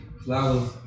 flowers